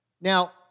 Now